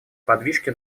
подвижки